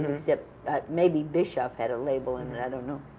except maybe bischoff had a label in it i don't know.